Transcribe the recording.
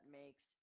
makes